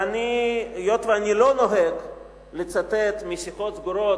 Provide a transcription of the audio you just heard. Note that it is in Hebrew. והיות שאני לא נוהג לצטט משיחות סגורות,